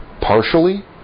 Partially